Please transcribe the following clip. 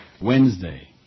Wednesday